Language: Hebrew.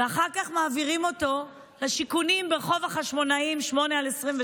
ואחר כך מעבירים אותו לשיכונים ברחוב החשמונאים 8/28,